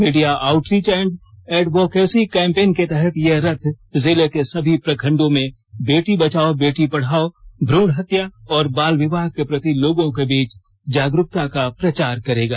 media outreach and advocacy campaign के तहत यह रथ जिले के सभी प्रखंडों में बेटी बचाओ बेटी पढ़ाओ भ्रूण हत्या और बाल विवाह के प्रति लोगों के बीच जागरूकता का प्रचार करेगा